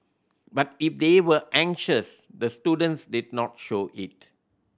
but if they were anxious the students did not show it